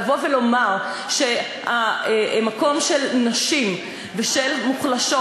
לבוא ולומר שהמקום של נשים ושל מוחלשות